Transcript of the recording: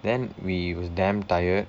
then we damn tired